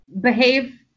behave